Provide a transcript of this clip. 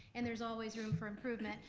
and there's always room for improvement,